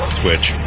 twitch